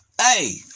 hey